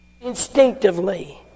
Instinctively